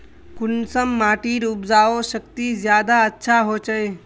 कुंसम माटिर उपजाऊ शक्ति ज्यादा अच्छा होचए?